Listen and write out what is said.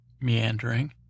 meandering